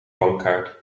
bankkaart